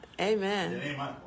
Amen